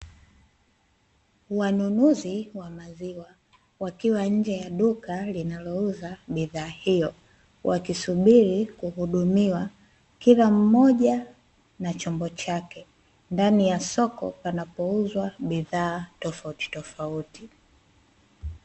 Wanunuzi wa maziwa wakiwa nje ya duka linalouuza bidhaa hiyo, wakisubiri kuhudumiwa kila mmoja na chombo chake, ndani ya soko panapo uzwa bidhaa tofauti tofauti.